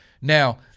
Now